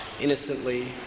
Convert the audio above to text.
innocently